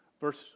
verse